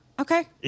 Okay